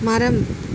மரம்